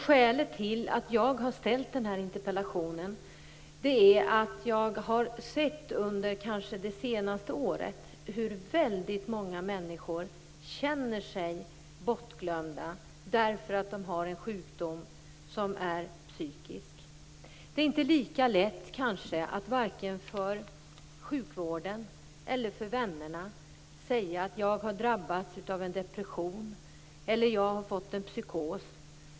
Skälet till att jag har framställt min interpellation är att jag under det senaste året har sett hur väldigt många människor känner sig bortglömda därför att de har en sjukdom som är psykisk. Det är kanske inte lika lätt att vare sig för sjukvården eller till vännerna säga att man har drabbats av en depression eller har fått en psykos.